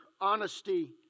honesty